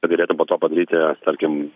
kad galėtum po to padaryti tarkim